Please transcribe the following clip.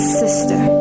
sister